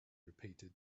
repeated